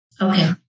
Okay